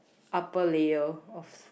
upper layer of